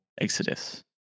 Exodus